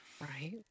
Right